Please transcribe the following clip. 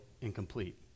incomplete